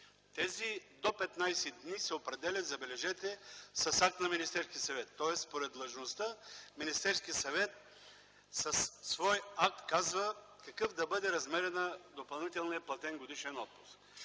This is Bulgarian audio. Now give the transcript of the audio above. Тези, „до 15 дни”, забележете, се определят с акт на Министерския съвет, тоест според длъжността Министерският съвет със свой акт казва какъв да бъде размерът на допълнителния платен годишен отпуск.